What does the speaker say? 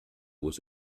was